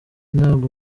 ntabwo